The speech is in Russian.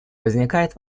возникает